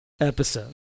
episode